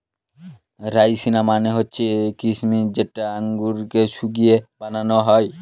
রাইসিনা মানে হচ্ছে কিসমিস যেটা আঙুরকে শুকিয়ে বানানো হয়